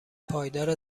پایدار